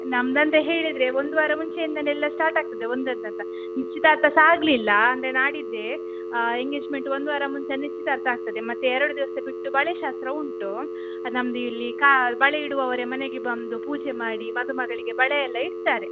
ನಮ್ದು ಅಂತ ಹೇಳಿದರೆ ಒಂದು ವಾರ ಮುಂಚೆಯಿಂದಾನೇ ಎಲ್ಲ ಸ್ಟಾರ್ಟ್ ಆಗ್ತದೆ ಒಂದೊಂದು ಅಂತ ನಿಶ್ಚಿತಾರ್ಥ ಸಹ ಆಗಲಿಲ್ಲ ಅಂದರೆ ನಾಡಿದ್ದೇ ಎಂಗೇಜ್ಮೆಂಟ್ ಒಂದು ವಾರ ಮುಂಚೆ ನಿಶ್ಚಿತಾರ್ಥ ಆಗ್ತದೆ ಮತ್ತು ಎರಡು ದಿವಸ ಬಿಟ್ಟು ಬಳೆ ಶಾಸ್ತ್ರ ಉಂಟು ಅದು ನಮ್ಮದು ಇಲ್ಲಿ ಕಾ ಬಳೆ ಇಡುವವರೇ ಮನೆಗೆ ಬಂದು ಪೂಜೆ ಮಾಡಿ ಮದುಮಗಳಿಗೆ ಬಳೆಯೆಲ್ಲಾ ಇಡ್ತಾರೆ